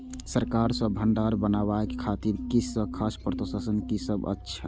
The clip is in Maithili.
सरकार सँ भण्डार बनेवाक खातिर किछ खास प्रोत्साहन कि सब अइछ?